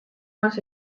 más